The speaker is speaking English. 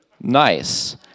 nice